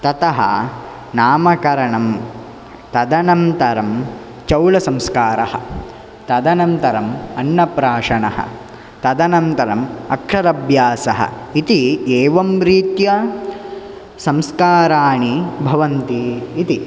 ततः नामकरणं तदनन्तरं चौलसंस्कारः तदनन्तरम् अन्नप्राशनः तदनन्तरम् अक्षरभ्यासः इति एवं रीत्या संस्कारानि भवन्ति इति